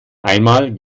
einmal